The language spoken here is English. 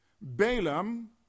Balaam